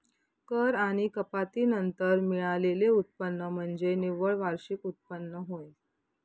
कर आणि कपाती नंतर मिळालेले उत्पन्न म्हणजे निव्वळ वार्षिक उत्पन्न होय